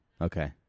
Okay